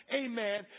amen